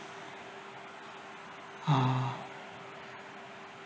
ah